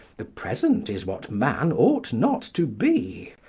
the present is what man ought not to be.